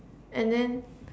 and then